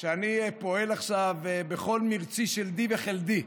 שאני פועל עכשיו בכל מרצי, שלדי וחלדי,